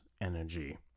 energy